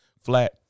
flat